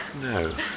No